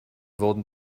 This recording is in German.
wurden